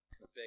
big